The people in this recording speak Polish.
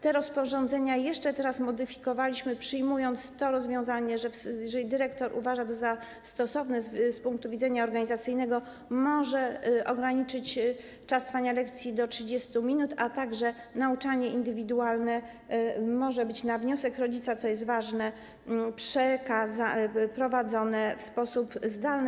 Te rozporządzenia jeszcze teraz modyfikowaliśmy, przyjmując to rozwiązanie, że jeżeli dyrektor uważa to za stosowne z punktu widzenia organizacyjnego, może ograniczyć czas trwania lekcji do 30 minut, a także nauczanie indywidualne może być na wniosek rodzica, co jest ważne, prowadzone w sposób zdalny.